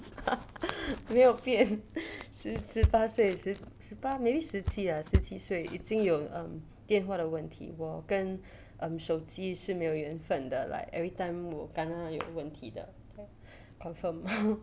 没有变十十八岁十八 maybe 十七 ah 十七岁已经有 um 电话的问题我跟手机 um 是没有缘分的 like everytime would kena 有问题的 confirm